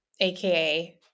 aka